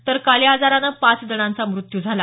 तर काल या आजारानं काल पाच जणांचा मृत्यू झाला